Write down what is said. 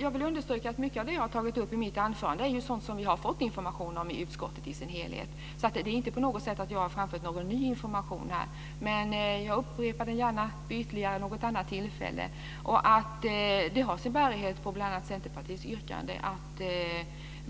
Fru talman! Mycket av det som jag tog upp i mitt huvudanförande är sådant som vi har fått information om i utskottet. Det är alltså inte på något sätt så att jag har framfört ny information här men jag upprepar det gärna vid ett annat tillfälle. Detta